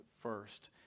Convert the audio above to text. first